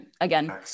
again